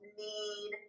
need